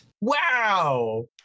Wow